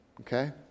Okay